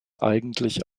eigentlich